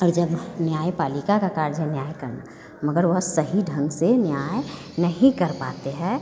ई जब न्यायपालिका का कार्य है न्याय करना मतलब अगर सही ढ़ंग से न्याय नहीं कर पाते हैं